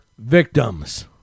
victims